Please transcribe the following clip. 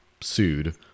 sued